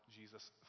Jesus